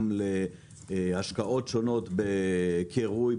גם להשקעות שונות בקירוי,